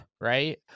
right